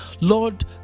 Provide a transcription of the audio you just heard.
Lord